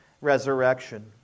resurrection